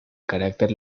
carácter